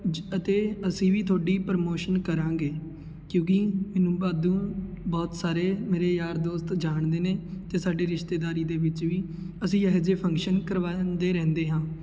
ਜ ਅਤੇ ਅਸੀਂ ਵੀ ਤੁਹਾਡੀ ਪ੍ਰਮੋਸ਼ਨ ਕਰਾਂਗੇ ਕਿਉਂਕਿ ਮੈਨੂੰ ਵਾਧੂ ਬਹੁਤ ਸਾਰੇ ਮੇਰੇ ਯਾਰ ਦੋਸਤ ਜਾਣਦੇ ਨੇ ਅਤੇ ਸਾਡੇ ਰਿਸ਼ਤੇਦਾਰੀ ਦੇ ਵਿੱਚ ਵੀ ਅਸੀਂ ਇਹੋ ਜਿਹੇ ਫੰਕਸ਼ਨ ਕਰਵਾਉਂਦੇ ਰਹਿੰਦੇ ਹਾਂ